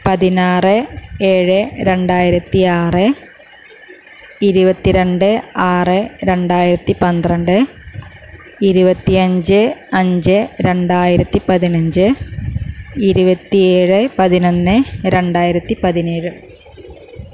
പതിനാറ് ഏഴ് രണ്ടായിരത്തി ആറ് ഇരുപത്തിരണ്ട് ആറ് രണ്ടായിരത്തി പന്ത്രണ്ട് ഇരുപത്തി അഞ്ച് അഞ്ച് രണ്ടായിരത്തി പതിനഞ്ച് ഇരുപത്തി ഏഴ് പതിനൊന്ന് രണ്ടായിരത്തി പതിനേഴ്